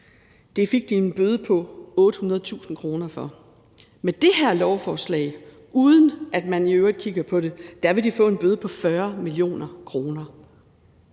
Det fik de en bøde på 800.000 kr. for. Med det her lovforslag – uden at man i øvrigt kigger på det – ville DSB få en bøde på 40 mio. kr.